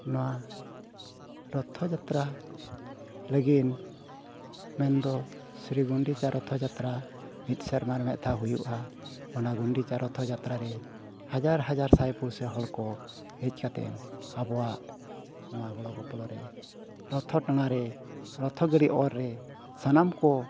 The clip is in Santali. ᱱᱚᱣᱟ ᱨᱚᱛᱷᱚ ᱡᱟᱛᱛᱨᱟ ᱞᱟᱹᱜᱤᱫ ᱢᱮᱱᱫᱚ ᱥᱨᱤ ᱜᱚᱱᱫᱤᱪᱟ ᱨᱚᱛᱷᱚ ᱡᱟᱛᱛᱨᱟ ᱢᱤᱫ ᱥᱮᱨᱢᱟ ᱨᱮ ᱢᱤᱫ ᱫᱷᱟᱣ ᱦᱩᱭᱩᱜᱼᱟ ᱚᱱᱟ ᱜᱚᱱᱫᱤᱪᱟ ᱨᱚᱛᱷᱚ ᱡᱟᱛᱛᱨᱟ ᱨᱮ ᱦᱟᱡᱟᱨ ᱦᱟᱡᱟᱨ ᱥᱟᱭᱯᱩᱬᱥᱤ ᱦᱚᱲ ᱠᱚ ᱦᱮᱡ ᱠᱟᱛᱮᱫ ᱟᱵᱚᱣᱟᱜ ᱱᱚᱣᱟ ᱜᱚᱲᱚᱼᱜᱚᱯᱲᱚ ᱨᱮ ᱨᱚᱛᱷᱚ ᱴᱟᱬᱟᱨᱮ ᱨᱚᱛᱷᱚ ᱜᱟᱹᱰᱤ ᱚᱨ ᱨᱮ ᱥᱟᱱᱟᱢ ᱠᱚ